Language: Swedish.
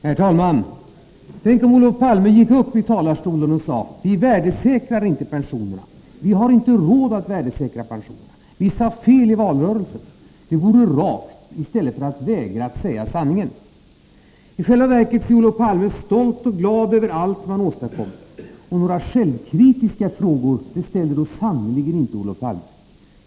Herr talman! Tänk om Olof Palme gick upp i talarstolen och sade: Vi värdesäkrar inte pensionerna. Vi har inte råd att värdesäkra pensionerna. Vi sade fel i valrörelsen. Det vore rakt i stället för att vägra att säga sanningen. I själva verket är Olof Palme stolt och glad över allt vad han åstadkommit. Några självkritiska frågor ställer sannerligen inte Olof Palme.